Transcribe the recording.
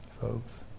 folks